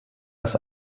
als